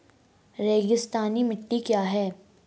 रेगिस्तानी मिट्टी क्या है?